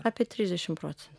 apie trisdešim procen